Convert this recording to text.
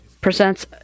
presents